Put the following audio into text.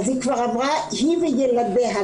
היא וילדיה.